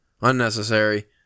Unnecessary